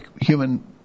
human